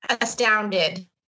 astounded